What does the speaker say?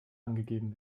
angegeben